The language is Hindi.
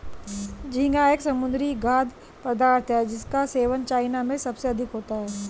झींगा एक समुद्री खाद्य पदार्थ है जिसका सेवन चाइना में सबसे अधिक होता है